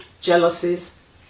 jealousies